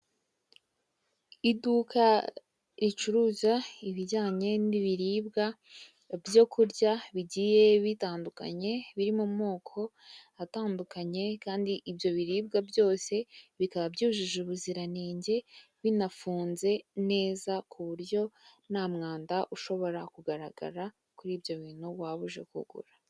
Iduka ricuruza ibijyanye n'ibiribwa ibyo kurya bigiye bitandukanye, birimo mu moko atandukanye kandi ibyo biribwa byose bikaba byujuje ubuziranenge binafunze neza, ku buryo nta mwanda ushobora kugaragara kuri ibyo bintu waba uje kugura.